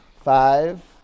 Five